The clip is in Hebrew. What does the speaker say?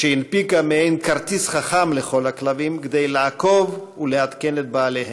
שהנפיקה מעין כרטיס חכם לכל הכלבים כדי לעקוב ולעדכן את בעליהם.